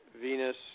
Venus